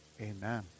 Amen